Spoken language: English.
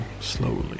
slowly